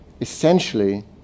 essentially